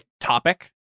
topic